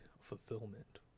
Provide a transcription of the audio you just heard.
fulfillment